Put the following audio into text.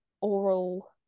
oral